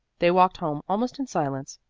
they walked home almost in silence.